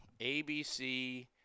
ABC